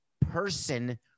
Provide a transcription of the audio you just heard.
person